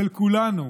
של כולנו,